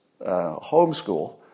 homeschool